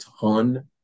ton